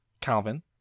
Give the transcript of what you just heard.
Calvin